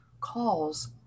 calls